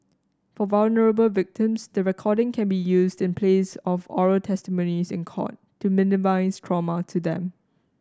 for vulnerable victims the recording can be used in place of oral testimonies in court to minimise trauma to them